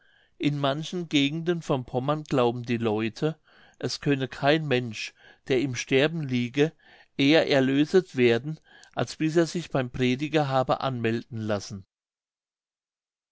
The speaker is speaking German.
in manchen gegenden von pommern glauben die leute es könne kein mensch der im sterben liege eher erlöset werden als bis er sich beim prediger habe anmelden lassen